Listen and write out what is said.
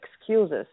excuses